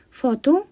Photo